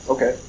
Okay